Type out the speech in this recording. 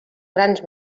grans